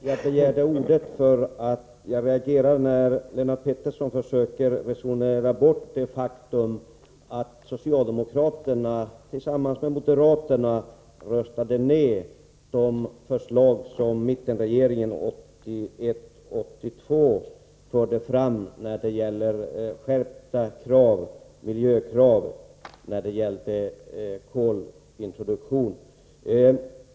Jag begärde ordet för att jag reagerar när Lennart Pettersson försöker resonera bort det faktum att socialdemokraterna tillsammans med moderaterna röstade ner de förslag som mittenregeringen 1981/82 förde fram beträffande skärpta miljökrav när det gäller kolintroduktion.